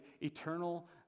eternal